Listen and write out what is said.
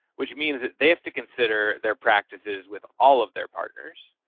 which means that they have to consider their practices with all of their partners.